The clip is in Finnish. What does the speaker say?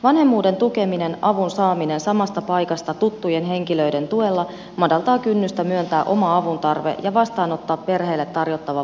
vanhemmuuden tukeminen avun saaminen samasta paikasta tuttujen henkilöiden tuella madaltaa kynnystä myöntää oma avuntarve ja vastaanottaa perheille tarjottava varhainen tuki